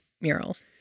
murals